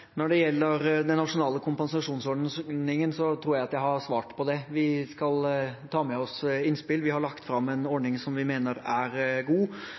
Når det gjelder den nasjonale kompensasjonsordningen, tror jeg at jeg har svart på det. Vi skal ta med oss innspill. Vi har lagt fram en ordning vi mener er god,